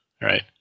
right